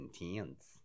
intense